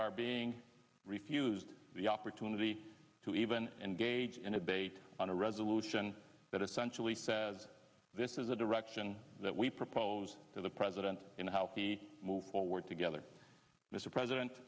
are being refused the opportunity to even engage in a debate on a resolution that essentially says this is a direction that we propose to the president in how he move forward together mr president